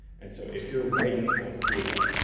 and so if you're writing out data,